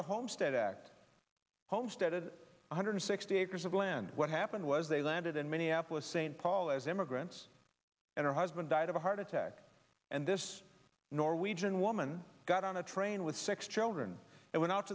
the homestead act homesteaded one hundred sixty acres of land what happened was they landed in minneapolis st paul as immigrants and her husband died of a heart attack and this norwegian woman got on a train with six children and went out